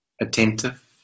attentive